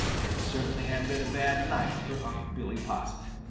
it certainly had been a bad night for unc' billy possum.